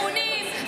המפונים,